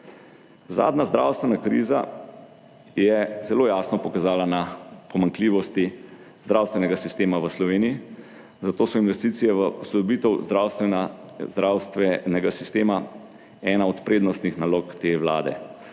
Zadnja zdravstvena kriza je zelo jasno pokazala na pomanjkljivosti zdravstvenega sistema v Sloveniji, zato so investicije v posodobitev zdravstvenega sistema ena od prednostnih nalog te Vlade.